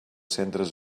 centres